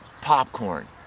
popcorn